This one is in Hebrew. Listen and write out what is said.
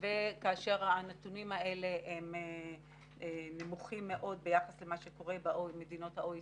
כאשר הנתונים האלה נמוכים מאוד ביחס למה שקורה במדינות ה-OECD,